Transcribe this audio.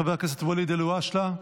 חבר הכנסת ואליד אלהואשלה,